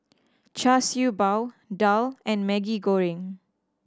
Char Siew Bao daal and Maggi Goreng